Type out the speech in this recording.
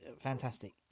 fantastic